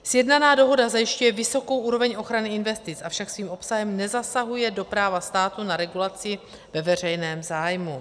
Sjednaná dohoda zajišťuje vysokou úroveň ochrany investic, avšak svým obsahem nezasahuje do práva státu na regulaci ve veřejném zájmu.